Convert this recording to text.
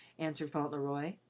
answered fauntleroy,